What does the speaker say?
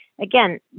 again